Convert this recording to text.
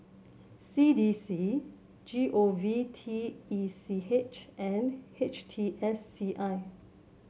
C D C G O V T E C H and H T S C I